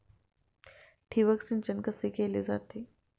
ठिबक सिंचन कसे केले जाते?